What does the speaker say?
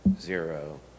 zero